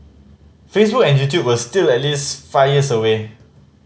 Facebook and YouTube were still at least five years away